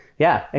yeah.